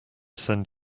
send